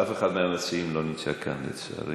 אף אחד מהמציעים לא נמצא כאן, לצערי.